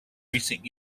recent